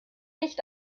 nicht